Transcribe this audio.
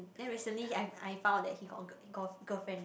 then recently I I found that he got got girlfriend